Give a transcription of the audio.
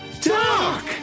Doc